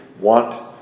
want